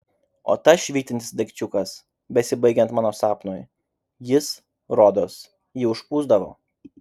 o tas švytintis daikčiukas besibaigiant mano sapnui jis rodos jį užpūsdavo